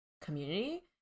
community